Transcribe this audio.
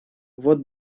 вот